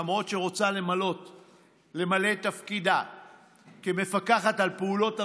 למרות שהיא רוצה למלא את תפקידה כמפקחת על פעולות הממשלה,